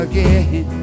Again